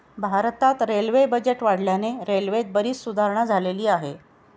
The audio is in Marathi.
भारतात रेल्वे बजेट वाढल्याने रेल्वेत बरीच सुधारणा झालेली आहे